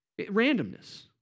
Randomness